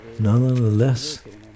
nonetheless